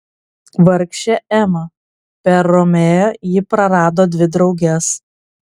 vargšė ema per romeo ji prarado dvi drauges